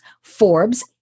Forbes